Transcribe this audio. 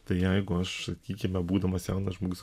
tai jeigu aš sakykime būdamas jaunas žmogus